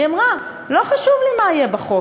היא אמרה: לא חשוב לי מה יהיה בחוק,